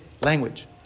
language